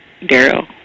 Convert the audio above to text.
Daryl